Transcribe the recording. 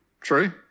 True